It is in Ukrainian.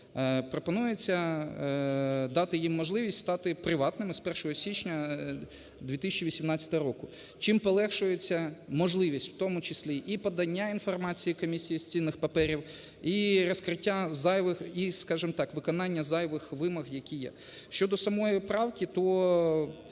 пропонується дати їм можливість стати приватними з 1 січня 2018 року, чим полегшується можливість, в тому числі і подання інформації комісії з цінних паперів, і розкриття зайвих, і, скажімо так,